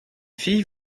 fille